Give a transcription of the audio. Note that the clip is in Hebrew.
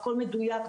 הכול מדויק,